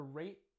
rate